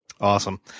Awesome